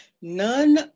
none